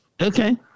Okay